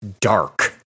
dark